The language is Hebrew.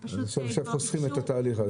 אז עכשיו חוסכים את התהליך.